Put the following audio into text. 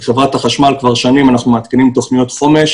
בחברת החשמל כבר שנים אנחנו מעדכנים תוכניות חומש